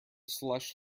slush